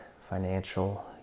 financial